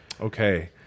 Okay